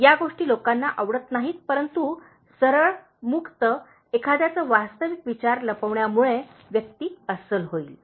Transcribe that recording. या गोष्टी लोकांना आवडत नाहीत परंतु सरळ मुक्त एखाद्याचे वास्तविक विचार लपविण्यामुळे व्यक्ती अस्सल होईल